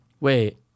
Wait